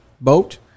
boat